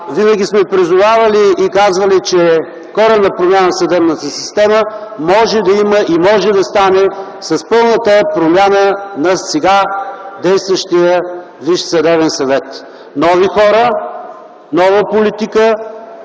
Винаги сме призовавали и казвали, че коренна промяна в съдебната система може да има и може да стане с пълната промяна на сега действащия Висш съдебен съвет – нови хора, нова политика,